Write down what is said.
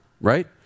right